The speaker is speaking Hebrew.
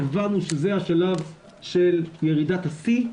הבנו שזה השלב של ירידת השיא,